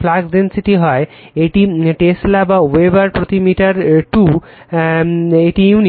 flux density হয় এটি tesla বা ওয়েবার প্রতি মিটার 2 এটি ইউনিট